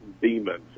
demons